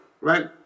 right